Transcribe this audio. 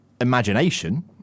imagination